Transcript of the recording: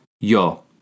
yo